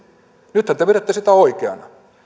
nythän te pidätte sitä oikeana